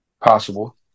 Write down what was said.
Possible